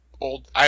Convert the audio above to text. old